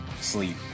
sleep